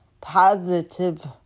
positive